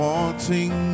Wanting